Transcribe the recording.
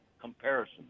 comparison